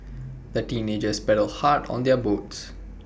the teenagers paddled hard on their boats